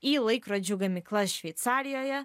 į laikrodžių gamyklas šveicarijoje